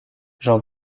jean